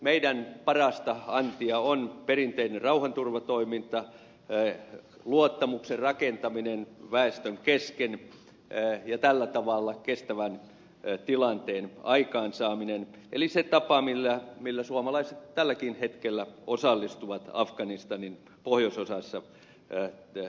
meidän parasta antiamme on perinteinen rauhanturvatoiminta luottamuksen rakentaminen väestön kesken ja tällä tavalla kestävän tilanteen aikaansaaminen eli se tapa millä suomalaiset tälläkin hetkellä osallistuvat afganistanin pohjoisosassa toimintaan